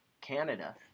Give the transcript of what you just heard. Canada